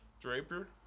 Draper